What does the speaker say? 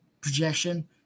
projection